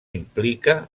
implica